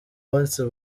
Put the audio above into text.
munsi